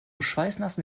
schweißnassen